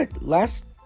Last